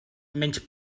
menys